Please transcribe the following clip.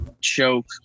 choke